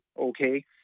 okay